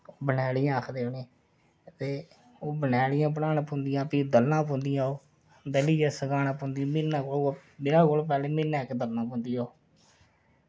बंदेलियां आक्खदे उनें ई ओह् बंदेलियां बनाना पौंदियां भी दलना पौंदियां ओह् दलियै रक्खना पौंदियां म्हीना ओह् ब्याह् कोला पैह्लें म्हीना इक्क दलना पौंदी ओह्